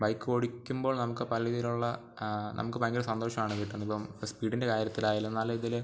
bike ഓടിക്കുമ്പോൾ നമുക്ക് പല രീതിയിലുള്ള നമുക്ക് ഭയങ്കര സന്തോഷമാണ് കിട്ടുന്നത് ഇപ്പം സ്പീഡിൻ്റെ കാര്യത്തിലായാലും നല്ല രീതിയിൽ